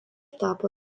tapo